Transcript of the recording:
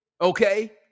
okay